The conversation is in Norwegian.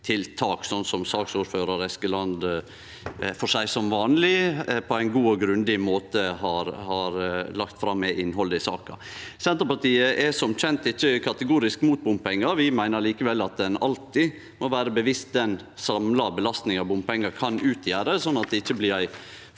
(Haugalandspakken) Eskeland, som vanleg på ein god og grundig måte, har lagt fram er innhaldet i saka. Senterpartiet er som kjent ikkje kategorisk mot bompengar. Vi meiner likevel at ein alltid må vere bevisst den samla belastninga bompengar kan utgjere, slik at det ikkje blir ei